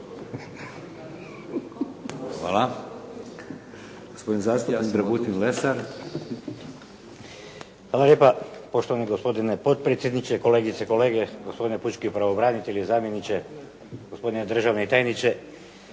Lesar. **Lesar, Dragutin (Nezavisni)** Hvala lijepa. Poštovani gospodine potpredsjedniče, kolegice i kolege, gospodine pučki pravobranitelju i zamjeniče, gospodine državni tajniče.